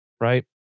right